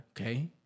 Okay